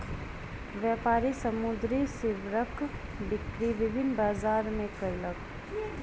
व्यापारी समुद्री सीवरक बिक्री विभिन्न बजार मे कयलक